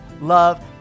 love